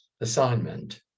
assignment